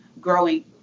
growing